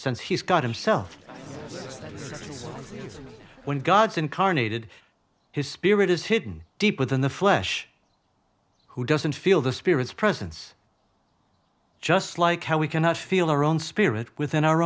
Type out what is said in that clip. since he's got himself stands when god's incarnated his spirit is hidden deep within the flesh who doesn't feel the spirits presence just like how we cannot feel our own spirit within our